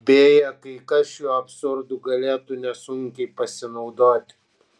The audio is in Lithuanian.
beje kai kas šiuo absurdu galėtų nesunkiai pasinaudoti